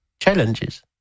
challenges